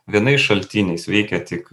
vienais šaltiniais veikia tik